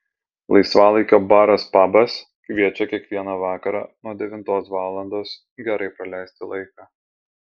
laisvalaikio baras pabas kviečia kiekvieną vakarą nuo devintos valandos gerai praleisti laiką